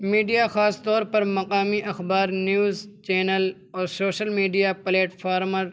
media خاص طور پر مقامی اخبار نیوز چینل اور شوشل میڈیا پلیٹفارمر